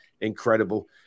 incredible